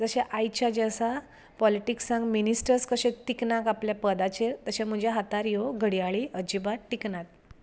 जशें आयच्या जे आसा पोलिटिक्सान मिनिस्टर कशें टिकनात आपल्या पदाचेर तशें म्हज्या हातार ह्यो घडयाळी अजिबात टिकनात